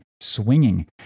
swinging